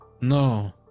no